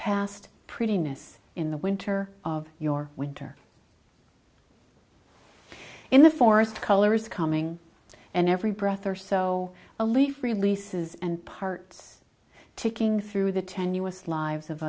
past pretty miss in the winter of your winter in the forest colors coming in every breath or so a leaf releases and parts ticking through the tenuous lives of